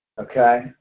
Okay